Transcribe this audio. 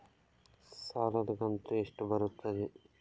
ಸಾಲದ ಕಂತು ಎಷ್ಟು ಬರುತ್ತದೆ?